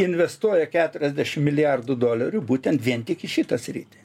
investuoja keturiasdešim milijardų dolerių būtent vien tik į šitą sritį